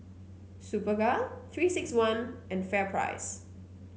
Superga Three six one and FairPrice